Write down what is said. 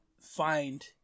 find